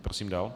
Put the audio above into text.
Prosím dál.